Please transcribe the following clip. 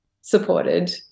supported